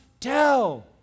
tell